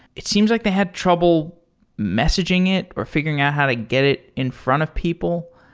it seems like they had trouble messaging it or figuring out how to get it in front of people.